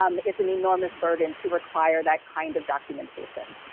um it's an enormous burden to require that kind of documentation.